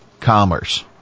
commerce